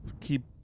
keep